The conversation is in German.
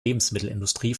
lebensmittelindustrie